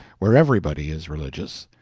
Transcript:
where everybody is religious,